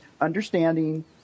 understanding